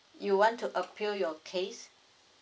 you want to appeal your case